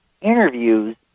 interviews